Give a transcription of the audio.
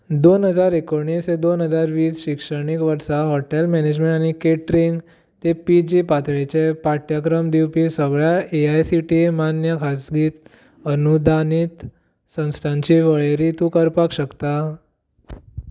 दोन हजार एकोणीस ते दोन हजार वीस शिक्षणीक वर्सा हॉटेल मॅनेजमेंन आनी कॅटरींग ते पीजी पातळेचे पाठ्यक्रम दिवपी सगळ्या A I C T E मान्य खाजगी अनुदानीत संस्थांची वळेरी तूं करपाक शकता